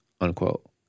unquote